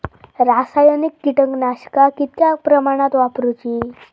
रासायनिक कीटकनाशका कितक्या प्रमाणात वापरूची?